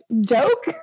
joke